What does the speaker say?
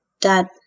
Dad